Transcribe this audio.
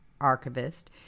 archivist